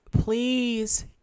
Please